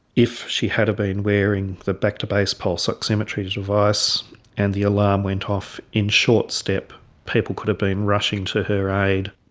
if she had of been wearing the back to base pulse oximetry device and the alarm went off, in short step people could have been rushing to her aid.